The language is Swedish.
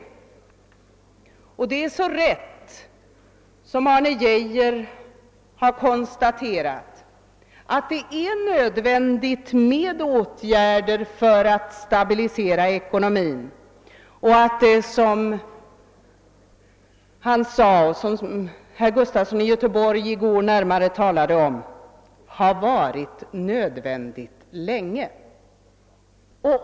Som Arne Geijer så riktigt har konstaterat är det nödvändigt att vidta åtgärder för att stabilisera ekonomin. Som herr Gustafson i Göteborg förklarade närmare i går har detta länge varit nödvändigt.